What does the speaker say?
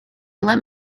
let